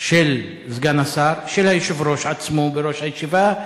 של סגן השר, של היושב-ראש עצמו, בראש הישיבה.